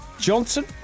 Johnson